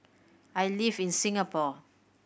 I live in Singapore